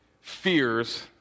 fears